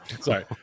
Sorry